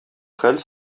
хәл